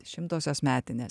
šimtosios metinės